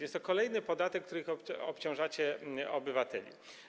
Jest to kolejny podatek, którym obciążacie obywateli.